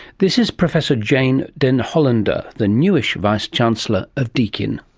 this is professor jane den hollander, the newish vice-chancellor of deakin.